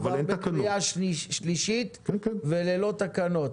עבר בקריאה השלישית, וללא תקנות.